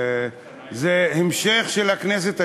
זה המשך של הכנסת התשע-עשרה,